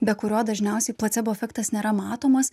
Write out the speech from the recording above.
be kurio dažniausiai placebo efektas nėra matomas